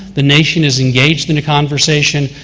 the nation is engaged in a conversation.